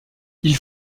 ils